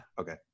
okay